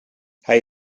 hij